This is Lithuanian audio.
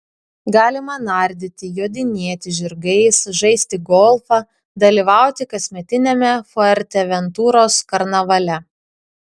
galima nardyti jodinėti žirgais žaisti golfą dalyvauti kasmetiniame fuerteventuros karnavale